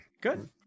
good